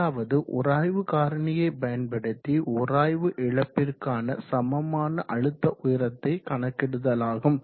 ஏழாவது உராய்வு காரணியை பயன்படுத்தி உராய்வு இழப்பிற்கான சமமான அழுத்த உயரத்தை கணக்கிடுதலாகும்